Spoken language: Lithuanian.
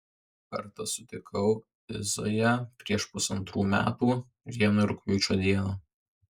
pirmą kartą sutikau izaiją prieš pusantrų metų vieną rugpjūčio dieną